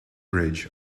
bridge